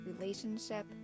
relationship